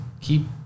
keep